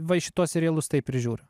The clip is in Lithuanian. va į šituos serialus taip ir žiūriu